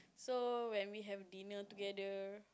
so when we have dinner together